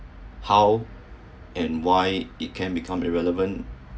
how and why it can become irrelevant